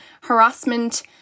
harassment